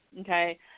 Okay